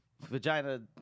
vagina